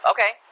Okay